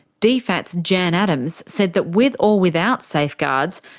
dfat's jan adams said that with or without safeguards,